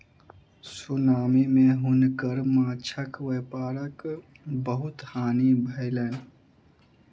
tsunami मे हुनकर माँछक व्यापारक बहुत हानि भेलैन